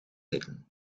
zitten